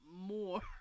more